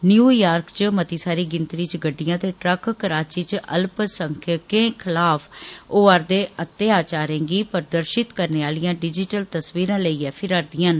New York च मती सारी गिनतरी च गड्डियां ते ट्रक कराची च अल्पसंख्यकें खलाफ होआ रदे अत्याचारें गी प्रदर्शित करने आलियां डिजीटल तस्वीरां लेइयै फिरा रदीआं न